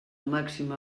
màxima